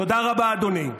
תודה רבה, אדוני.